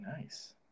nice